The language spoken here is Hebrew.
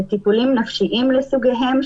זה טיפולים נפשיים לסוגיהם,